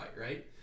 right